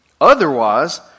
Otherwise